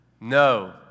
no